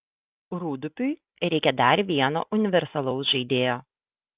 rūdupiui reikia dar vieno universalaus žaidėjo